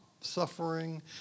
suffering